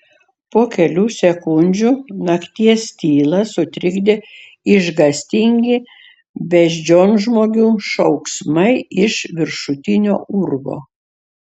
po kelių sekundžių nakties tylą sutrikdė išgąstingi beždžionžmogių šauksmai iš viršutinio urvo